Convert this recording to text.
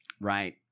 Right